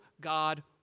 God